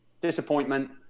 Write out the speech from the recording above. disappointment